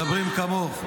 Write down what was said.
-- שמדברים כמוך.